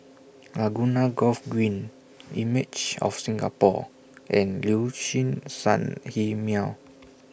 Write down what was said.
Laguna Golf Green Images of Singapore and Liuxun Sanhemiao